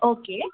okay